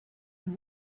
and